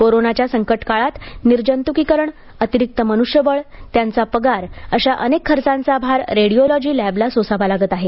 कोरोनाच्या संकटकाळात निर्जंतुकीकरण अतिरिक्त मनुष्यबळ त्यांचा पगार अशा अनेक खर्चांचा भार रेडिओलॉजी लॅबना सोसावा लागत आहे